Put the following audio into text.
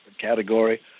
category